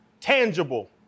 tangible